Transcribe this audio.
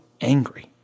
angry